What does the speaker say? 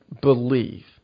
believe